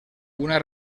una